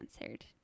answered